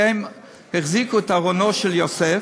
כי הם החזיקו את ארונו של יוסף,